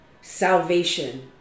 Salvation